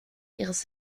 ihres